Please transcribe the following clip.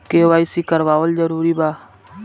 KYC करवावल जरूरी बा?